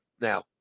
Now